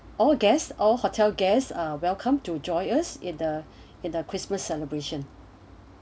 all guests all hotel guests are welcome to join us in the christmas celebration